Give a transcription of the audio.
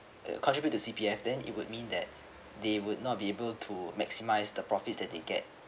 the contribute to C_P_F then it would mean that they would not be able to maximize the profits that they get